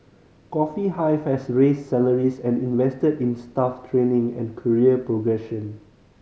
Coffee Hive has raised salaries and invested in staff training and career progression